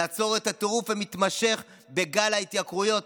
לעצור את הטירוף המתמשך בגל ההתייקרות,